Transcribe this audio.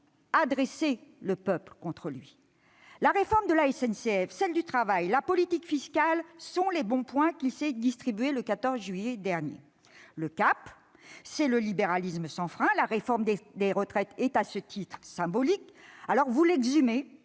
dressé le peuple contre lui. Réforme de la SNCF, réforme du travail, politique fiscale : voilà les bons points qu'il s'est distribués le 14 juillet dernier. Le cap, c'est le libéralisme sans frein. La réforme des retraites est, à ce titre, symbolique. Vous l'exhumez